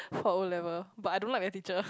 for O-level but I don't like the teacher